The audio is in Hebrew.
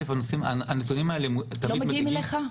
הם לא מגיעים אליך?